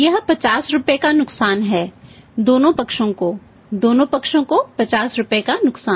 यह 50 रुपये का नुकसान है दोनों पक्षों को दोनों पक्षों को 50 रुपये का नुकसान